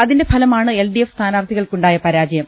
അതിന്റെ ഫലമാണ് എൽഡിഎഫ് സ്ഥാനാർത്ഥികൾക്കുണ്ടായ പരാജയം